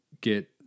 get